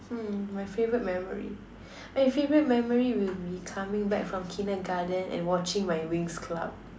hmm my favourite memory my favourite memory will be coming back from Kindergarten and watching my Winx-club